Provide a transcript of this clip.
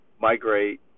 migrate